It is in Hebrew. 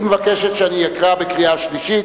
היא מבקשת שאני אקרא בקריאה שלישית.